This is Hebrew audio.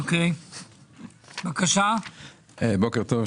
בוקר טוב.